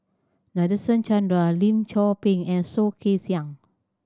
Nadasen Chandra Lim Chor Pee and Soh Kay Siang